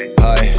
hi